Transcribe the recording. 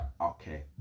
okay